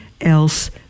else